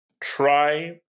try